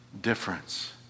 difference